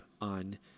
on